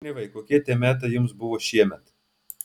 zbignevai kokie tie metai jums buvo šiemet